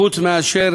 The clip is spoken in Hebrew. חוץ מאשר